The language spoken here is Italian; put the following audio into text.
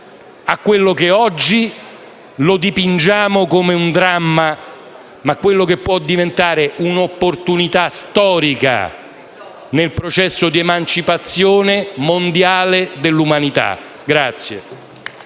a quello che oggi dipingiamo come un dramma, ma che può diventare un'opportunità storica nel processo di emancipazione mondiale dell'umanità.